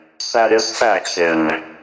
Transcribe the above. Satisfaction